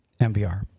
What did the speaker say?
MBR